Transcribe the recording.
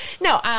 No